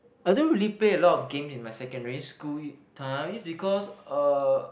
I don't really play a lot of games during my secondary school time because uh